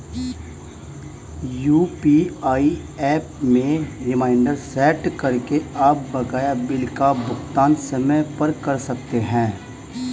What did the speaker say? UPI app में reminder set करके आप बकाया बिल का भुगतान समय पर कर सकते हैं